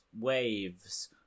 waves